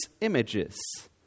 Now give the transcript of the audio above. images